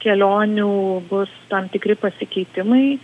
kelionių bus tam tikri pasikeitimai